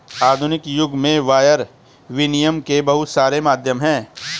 आधुनिक युग में वायर विनियम के बहुत सारे माध्यम हैं